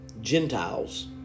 Gentiles